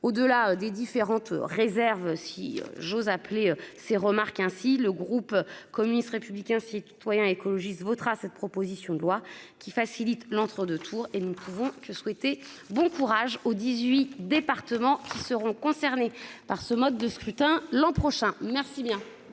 au delà des différentes réserves si j'ose appeler ces remarques ainsi le groupe communiste, républicain, citoyen et écologiste votera cette proposition de loi. Qui facilite l'entre 2 tours et nous ne pouvons que souhaiter bon courage au 18 départements seront concernés par ce mode de scrutin l'an prochain. Bien